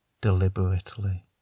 deliberately